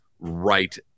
right